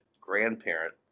grandparent